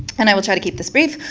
and i will try to keep this brief.